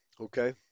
Okay